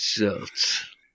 results